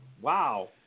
wow